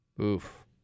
oof